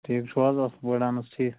ٹھیٖک چھُو حظ اَصٕل پٲٹھۍ اَہن حظ ٹھیٖک